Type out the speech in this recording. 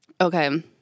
Okay